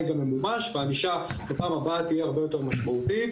גם ממומש והענישה בפעם הבאה תהיה הרבה יותר משמעותית.